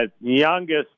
youngest